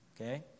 okay